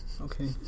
Okay